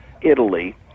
Italy